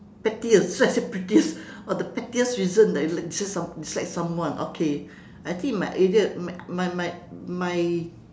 pettiest I say prettiest oh the pettiest reason that I just some dislike someone okay I think it might easier my my my my